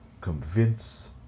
convince